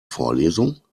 vorlesung